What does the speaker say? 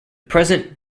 present